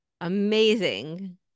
Amazing